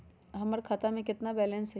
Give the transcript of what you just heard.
हमर खाता में केतना बैलेंस हई?